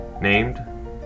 named